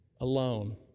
alone